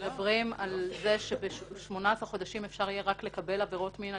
מדברים על כך שב-18 חודשים אפשר יהיה לקבל רק עבירות מין,